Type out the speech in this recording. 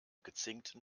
gezinkten